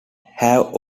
have